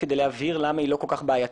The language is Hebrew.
כדי להבהיר למה היא לא כל כך בעייתית.